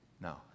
No